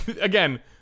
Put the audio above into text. Again